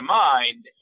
mind